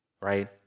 right